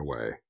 away